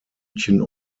münchen